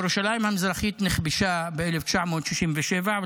ירושלים המזרחית נכבשה ב-1967,